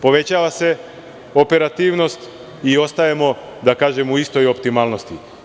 Povećava se operativnost i ostajemo, da kažem, u istoj optimalnosti.